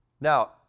Now